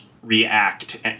React